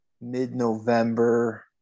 mid-November